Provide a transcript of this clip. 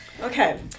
Okay